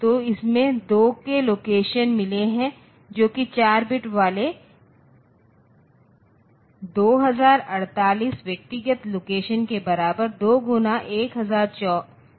तो इसमें 2 k location मिले हैं जो कि 4 बिट्स वाले 2048 व्यक्तिगत लोकेशन के बराबर 2 1024 है